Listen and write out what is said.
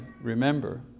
remember